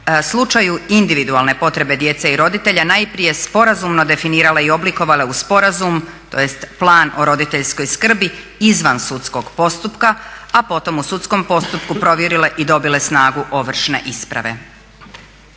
slučaju individualne potrebe djece i roditelja najprije sporazumno definirale i oblikovale u sporazum tj. plan o roditeljskoj skrbi izvan sudskog postupka a potom u sudskom postupku provjerile i dobile snagu ovršne isprave.